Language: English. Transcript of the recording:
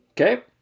Okay